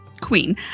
Queen